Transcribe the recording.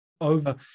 over